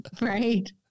right